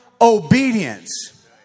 obedience